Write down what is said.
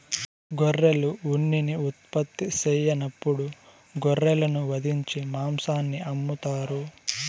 గొర్రెలు ఉన్నిని ఉత్పత్తి సెయ్యనప్పుడు గొర్రెలను వధించి మాంసాన్ని అమ్ముతారు